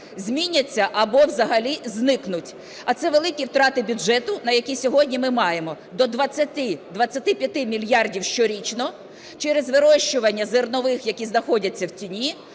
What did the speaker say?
зміняться або взагалі зникнуть. А це великі втрати бюджету, які сьогодні ми маємо – до 20-25 мільярдів щорічно через вирощування зернових, які знаходяться в тіні,